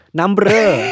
number